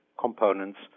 components